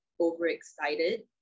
overexcited